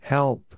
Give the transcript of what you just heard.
Help